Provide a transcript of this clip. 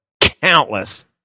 countless